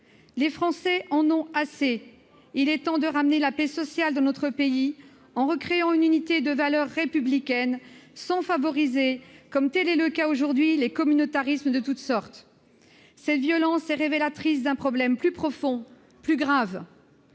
Les Français en ont assez. Il est temps de ramener la paix sociale dans notre pays en recréant une unité de valeurs républicaines, sans favoriser, comme c'est le cas aujourd'hui, les communautarismes de toutes sortes. Cette violence est révélatrice d'un problème plus profond, plus grave